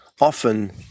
often